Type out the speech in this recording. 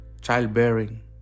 childbearing